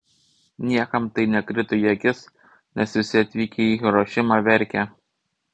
niekam tai nekrito į akis nes visi atvykę į hirošimą verkė